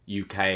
UK